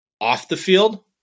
off-the-field